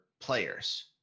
players